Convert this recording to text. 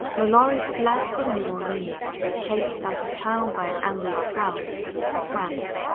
lalaurie fled from new orleans chased out of town by an angry crowd to france,